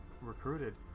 recruited